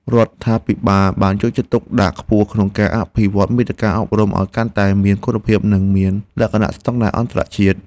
រដ្ឋាភិបាលបានយកចិត្តទុកដាក់ខ្ពស់ក្នុងការអភិវឌ្ឍន៍មាតិកាអប់រំឱ្យកាន់តែមានគុណភាព និងមានលក្ខណៈស្តង់ដារអន្តរជាតិ។